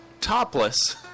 topless